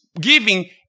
giving